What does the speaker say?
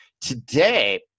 today